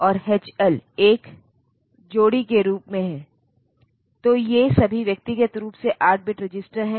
और आप देखते हैं कि केवल 246 अलग अलग संयोजन हैं